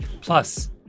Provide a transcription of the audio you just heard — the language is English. Plus